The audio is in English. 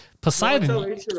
poseidon